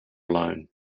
alone